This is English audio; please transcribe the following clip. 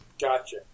Gotcha